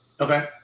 Okay